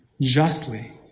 justly